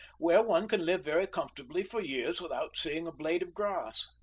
where one can live very comfortably for years without seeing a blade of grass.